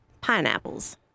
pineapples